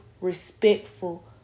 respectful